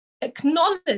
Acknowledge